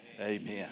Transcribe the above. Amen